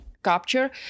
Capture